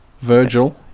virgil